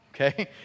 Okay